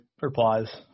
replies